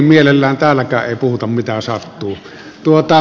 mielellään täälläkään ei puhuta mitä sattuu